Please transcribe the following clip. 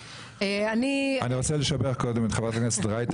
אני רוצה לשבח קודם את חברת הכנסת רייטן